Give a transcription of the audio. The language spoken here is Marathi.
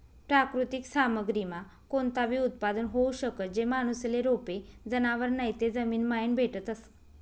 प्राकृतिक सामग्रीमा कोणताबी उत्पादन होऊ शकस, जे माणूसले रोपे, जनावरं नैते जमीनमाईन भेटतस